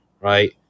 Right